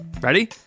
Ready